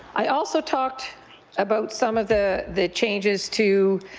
i also talked about some of the the changes to